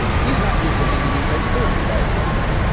he's not used to thinking in such terms, by and large.